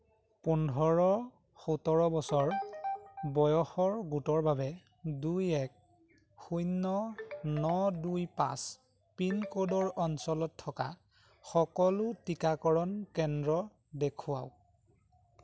পোন্ধৰ সোতৰ বছৰ বয়সৰ গোটৰ বাবে দুই এক শূন্য ন দুই পাঁচ পিনক'ডৰ অঞ্চলত থকা সকলো টীকাকৰণ কেন্দ্ৰ দেখুৱাওক